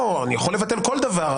לא, אני יכול לבטל כל דבר.